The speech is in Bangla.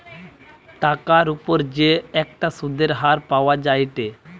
টাকার উপর যে একটা সুধের হার পাওয়া যায়েটে